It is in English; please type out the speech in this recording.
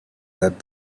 that